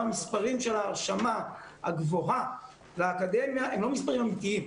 גם המספרים הגבוהים של ההרשמה לאקדמיה הם לא מספרים אמיתיים,